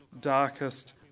darkest